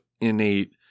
innate